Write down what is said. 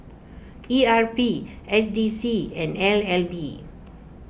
E R P S D C and N L B